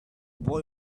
boy